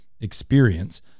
experience